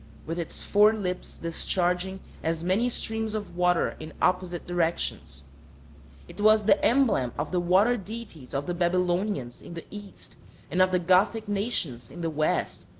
with its four lips discharging as many streams of water in opposite directions it was the emblem of the water-deities of the babylonians in the east and of the gothic nations in the west,